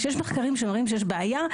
כשיש מחקרים שמראים שיש בעיה,